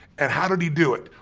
and how did he do it?